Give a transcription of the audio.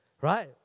right